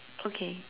okay